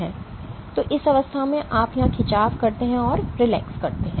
तो इस अवस्था में आप यहाँ खिंचाव करते हैं और रिलैक्स करते हैं